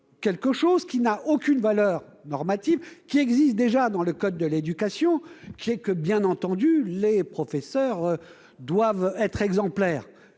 disposition qui n'a aucune valeur normative, qui existe déjà dans le code de l'éducation : bien entendu, les professeurs doivent être exemplaires,